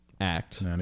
act